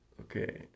Okay